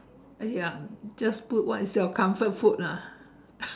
!aiya! just put what is your comfort food lah